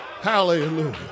Hallelujah